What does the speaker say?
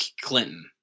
Clinton